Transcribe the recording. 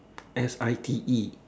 S I T E